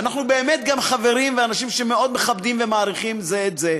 ואנחנו באמת חברים ואנשים שמאוד מכבדים ומעריכים זה את זה.